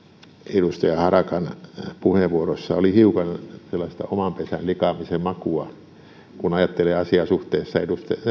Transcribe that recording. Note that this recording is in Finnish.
edustaja harakan puheenvuorossa oli hiukan sellaista oman pesän likaamisen makua kun ajattelee asiaa suhteessa